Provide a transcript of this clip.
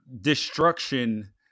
destruction